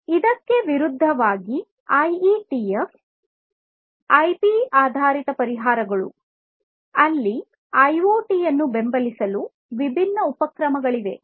ಇದಕ್ಕೆ ವಿರುದ್ಧವಾಗಿ IETF IP ಆಧಾರಿತ ಪರಿಹಾರಗಳು ಆಗಿವೆ ಅಲ್ಲಿ ಐಒಟಿ ಯನ್ನು ಬೆಂಬಲಿಸಲು ವಿಭಿನ್ನ ಉಪಕ್ರಮಗಳಿವೆ